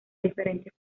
diferentes